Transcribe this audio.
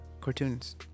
cartoons